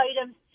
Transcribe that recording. items